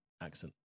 accent